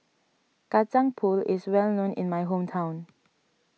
Kacang Pool is well known in my hometown